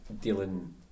dealing